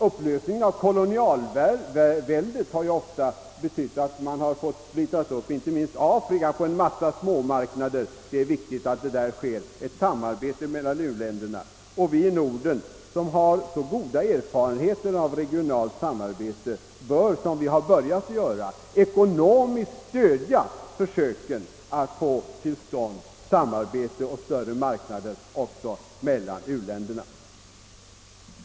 Upplösningen av kolonialväldena har ju betytt att inte minst Afrika splittrats upp på en massa små marknader. Det är därför viktigt att ett samarbete mellan u-länderna kommer till stånd. Vi i Norden som har så goda erfarenheter av regionalt samarbete bör, som vi har börjat göra, ekonomiskt stödja försöken att få till stånd samarbete och större marknader också för u-ländernas del.